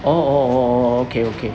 oh oh oh oh okay okay